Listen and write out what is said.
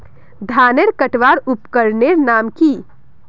धानेर कटवार उपकरनेर नाम की?